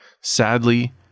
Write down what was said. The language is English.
Sadly